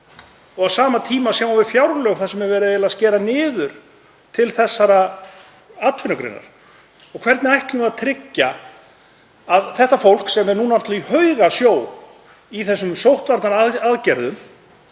Á sama tíma sjáum við fjárlög þar sem verið er að skera niður til þessara atvinnugreina. Hvernig ætlum við að tryggja að þetta fólk, sem er náttúrlega í haugasjó í þessum sóttvarnaaðgerðum,